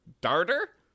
Darter